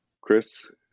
Chris